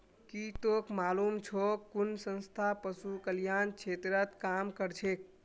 की तोक मालूम छोक कुन संस्था पशु कल्याण क्षेत्रत काम करछेक